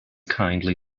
kindly